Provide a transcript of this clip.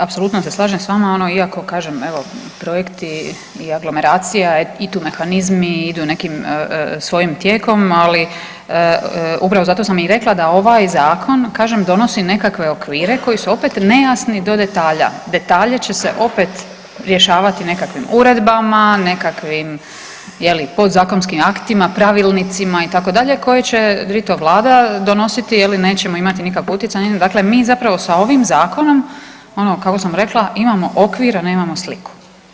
Apsolutno se s vama, ono iako kažem evo, projekti i aglomeracija i tu mehanizmi idu nekim svojim tijekom ali upravo zato sam i rekla da ovaj zakon kažem, donosi nekakve okvire koji su opet nejasno do detalja, detalje će se opet rješavati nekakvim uredbama, nekakvim je li, podzakonskim aktima, pravilnicima itd., koje će drito Vlada donositi, je li, nećemo imati nikakvog utjecaja, dakle mi zapravo sa ovim zakonom, ono kako sam rekla, imamo okvir, a nemamo sliku.